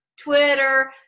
twitter